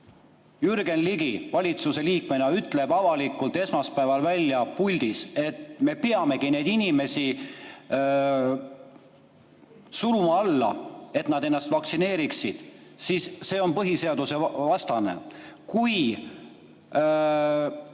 Jürgen Ligi valitsus[koalitsiooni] liikmena ütleb avalikult esmaspäeval puldis, et me peamegi neid inimesi alla suruma, et nad ennast vaktsineeriksid, siis see on põhiseadusvastane. Kui